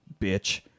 bitch